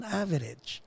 average